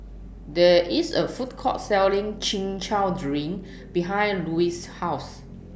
There IS A Food Court Selling Chin Chow Drink behind Louise's House